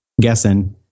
guessing